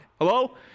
Hello